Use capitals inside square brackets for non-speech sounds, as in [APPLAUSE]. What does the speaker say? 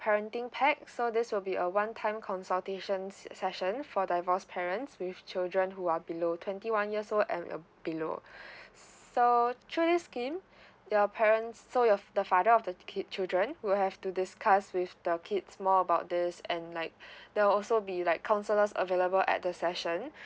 parenting pack so this will be a one time consultation session for divorce parents with children who are below twenty one years old and uh below [BREATH] so through this scheme your parents so your the father of the kid children will have to discuss with the kids more about this and like [BREATH] there will also be like counsellors available at the session [BREATH]